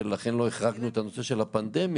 ולכן לא החרגנו את הנושא של הפנדמיה,